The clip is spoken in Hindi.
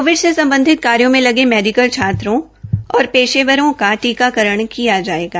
कोविड से सम्बाधित कार्यो में लेग मेडिकल छात्रों और पेशेवरों का टीकाकरण किया जायेगा